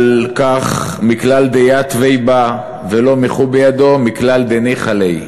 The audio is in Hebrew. על כך: מכלל דיתבי ולא מיחו בידו, מכלל דניחא להו.